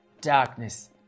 Darkness